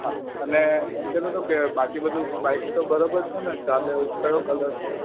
હા અને પહેલું તો કે બાકી બધું બાઈક તો બરાબર છે ને ચાલે એવું કયો કલર છે